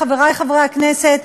חברי חברי הכנסת,